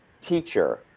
teacher